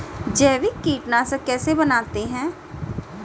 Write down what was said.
जैविक कीटनाशक कैसे बनाते हैं?